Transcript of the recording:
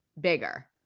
bigger